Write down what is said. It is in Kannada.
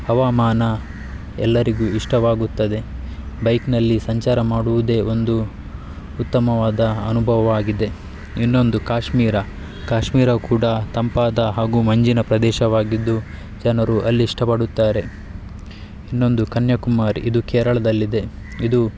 ಹವಾಮಾನ ಎಲ್ಲರಿಗೂ ಇಷ್ಟವಾಗುತ್ತದೆ ಬೈಕ್ನಲ್ಲಿ ಸಂಚಾರ ಮಾಡುವುದೇ ಒಂದು ಉತ್ತಮವಾದ ಅನುಭವವಾಗಿದೆ ಇನ್ನೊಂದು ಕಾಶ್ಮೀರ ಕಾಶ್ಮೀರ ಕೂಡ ತಂಪಾದ ಹಾಗೂ ಮಂಜಿನ ಪ್ರದೇಶವಾಗಿದ್ದು ಜನರು ಅಲ್ಲಿ ಇಷ್ಟಪಡುತ್ತಾರೆ ಇನ್ನೊಂದು ಕನ್ಯಾಕುಮಾರಿ ಇದು ಕೇರಳದಲ್ಲಿದೆ ಇದು